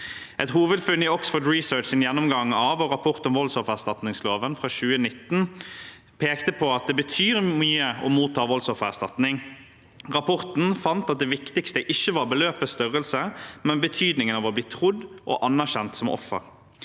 Et hovedfunn i Oxford Researchs gjennomgang av og rapport om voldsoffererstatningsloven fra 2019 pekte på at det betyr mye å motta voldsoffererstatning. Rapporten fant at det viktigste ikke var beløpets størrelse, men betydningen av å bli trodd og anerkjent som offer.